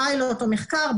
פיילוט או מחקר,